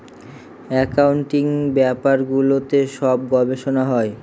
accounting ব্যাপারগুলোতে সব গবেষনা হয়